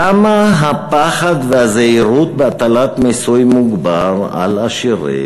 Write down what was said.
למה הפחד והזהירות בהטלת מיסוי מוגבר על עשירים,